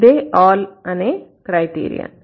ఇదే all అనే criterion